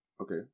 Okay